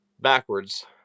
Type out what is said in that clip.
backwards